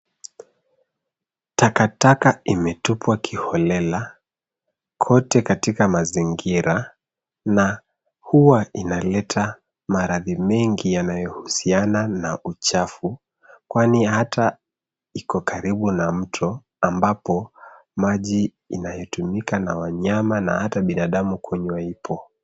Takataka imetupwa kiholela, kote katika mazingira na huwa inaleta maradhi mengi yanayohusiana na uchafu, kwani hata iko karibu na mto ambapo maji inayotumika na wanyama na hata binadamu kunywa ipo.